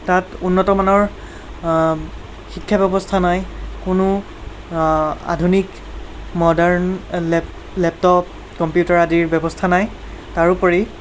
তাত উন্নতমানৰ শিক্ষা ব্যৱস্থা নাই কোনো আধুনিক মৰ্ডাণ লেপ লেপটপ কম্পিউটাৰ আদিৰ ব্যৱস্থা নাই তাৰোপৰি